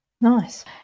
nice